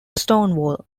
stonewall